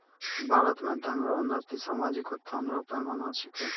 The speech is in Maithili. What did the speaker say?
भारत मे धन रो उन्नति सामाजिक उत्थान रो पैमाना छिकै